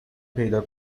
پیدا